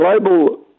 global